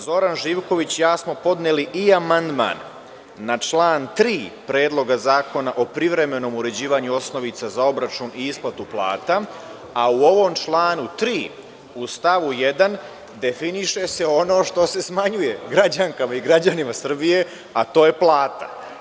Zoran Živković i ja smo podneli i amandman na član 3. Predloga zakona o privremenom uređivanju osnovica za obračun i isplatu plata U ovom članu 3. u stavu 1. definiše se ono što se smanjuje građankama i građanima Srbije,a to je plata.